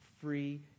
free